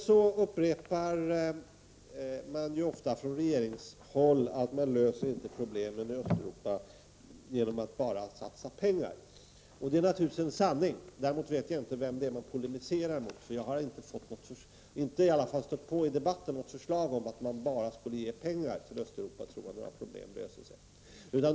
Man upprepar ofta från regeringshåll att vi inte löser problemen i Östeuropa genom att bara satsa pengar, och det är naturligtvis en sanning. Däremot vet jag inte vem det är man polemiserar mot, för jag har i alla fall inte i debatten stött på något förslag om att man bara skall ge pengar till Östeuropa och tro att några problem blir lösta.